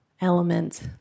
element